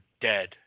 dead